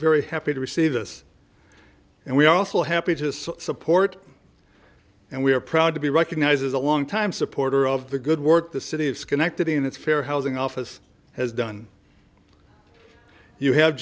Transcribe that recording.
very happy to receive this and we are also happy to support and we are proud to be recognized as a longtime supporter of the good work the city of schenectady and its fair housing office has done you have